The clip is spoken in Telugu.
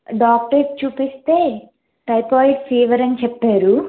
డాక్టర్ కి చూపిస్తే టైఫాయిడ్ ఫీవర్ అని చెప్పారు